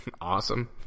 awesome